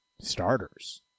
starters